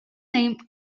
name